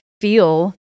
feel